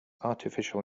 artificial